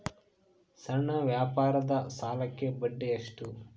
ಸಣ್ಣ ವ್ಯಾಪಾರದ ಸಾಲಕ್ಕೆ ಬಡ್ಡಿ ಎಷ್ಟು?